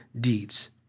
deeds